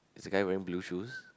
is the guy wearing blue shoes